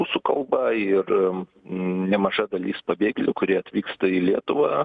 rusų kalba ir nemaža dalis pabėgėlių kurie atvyksta į lietuvą